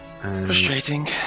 frustrating